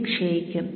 ഇത് ക്ഷയിക്കും